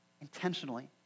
intentionally